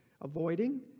avoiding